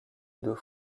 deux